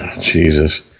Jesus